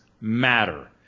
matter